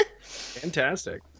Fantastic